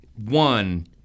One